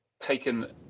taken